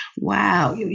Wow